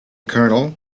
colonel